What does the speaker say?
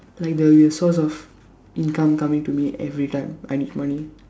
like the resource of income coming to me every time I need money